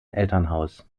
elternhaus